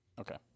Okay